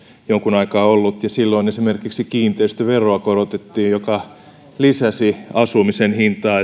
jonkun aikaa ollut ja silloin esimerkiksi kiinteistöveroa korotettiin mikä lisäsi asumisen hintaa